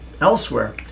Elsewhere